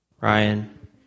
Ryan